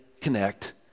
connect